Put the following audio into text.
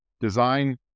design